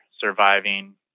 surviving